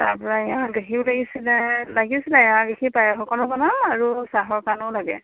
তাৰপৰা এঞা গাখীৰো লাগিছিলে লাগিছিলে এঞা গাখীৰৰ পায়স অকনো বনাওঁ আৰু চাহৰ কাৰণেও লাগে